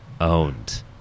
owned